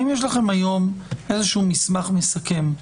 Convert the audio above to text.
האם יש לכם היום מסמך מסכם,